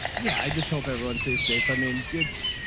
yeah. i just hope everyone stays safe. i mean, it's,